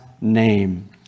name